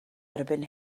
erbyn